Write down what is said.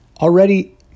already